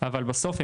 אבל בסוף,